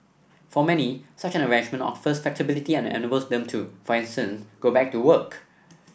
for many such an arrangement offers flexibility and enables them to for instance go back to work